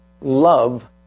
love